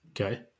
Okay